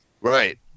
Right